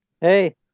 Hey